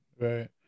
Right